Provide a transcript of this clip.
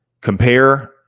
compare